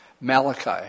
Malachi